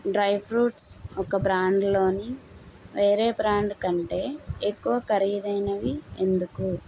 dry fruits ఒక బ్రాండ్లోని వేరే బ్రాండు కంటే ఎక్కువ ఖరీదైనవి ఎందుకు